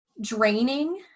draining